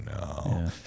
no